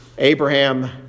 Abraham